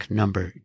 number